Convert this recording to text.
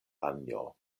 anjo